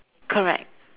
correct